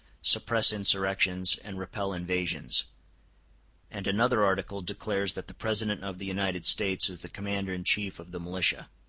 suppress insurrections, and repel invasions and another article declares that the president of the united states is the commander-in-chief of the militia.